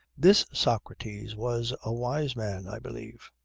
this socrates was a wise man, i believe?